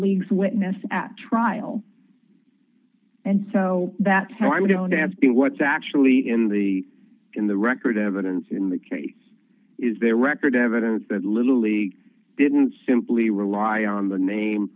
leagues witness at trial and so that's why we don't have been what's actually in the in the record evidence in the case is there record evidence that little league didn't simply rely on the name